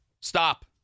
stop